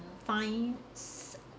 finds